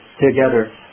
together